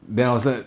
then I was like